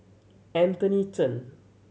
Anthony Chen